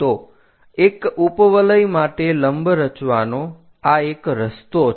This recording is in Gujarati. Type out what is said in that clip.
તો એક ઉપવલય માટે લંબ રચવાનો આ એક રસ્તો છે